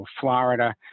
Florida